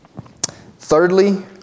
Thirdly